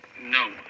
no